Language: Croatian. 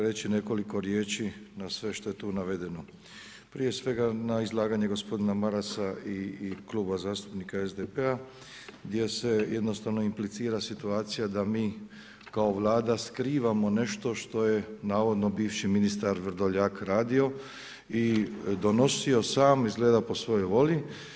reći nekoliko riječi na sve što je tu navedeno, prije svega na izlaganje gospodina Marasa i Kluba zastupnika SDP-a gdje se jednostavno implicira situacija da mi kao Vlada skrivamo nešto što je navodno bivši ministar Vrdoljak radio i donosio sam izgleda po svojoj volji.